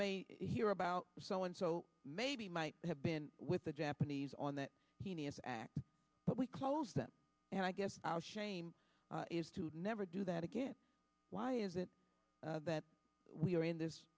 may hear about so and so maybe might have been with the japanese on that but we close them and i guess our shame is to never do that again why is it that we are in this